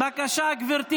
בבקשה, גברתי